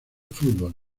fútbol